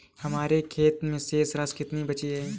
हमारे खाते में शेष राशि कितनी बची है?